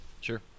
Sure